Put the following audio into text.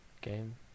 Game